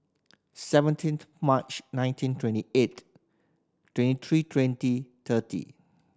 seventeenth March nineteen twenty eight twenty three twenty thirty